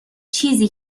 چیزی